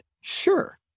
sure